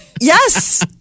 Yes